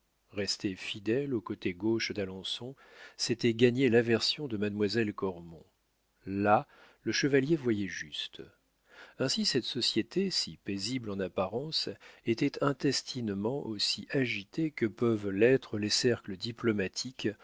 rester fidèle au côté gauche d'alençon c'était gagner l'aversion de mademoiselle cormon là le chevalier voyait juste ainsi cette société si paisible en apparence était intestinement aussi agitée que peuvent l'être les cercles diplomatiques